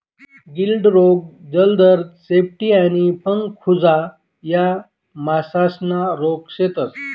गिल्ड रोग, जलोदर, शेपटी आणि पंख कुजा या मासासना रोग शेतस